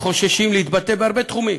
חוששים להתבטא בהרבה תחומים,